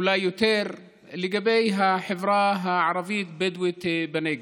אולי יותר מזה, על החברה הערבית-הבדואית בנגב.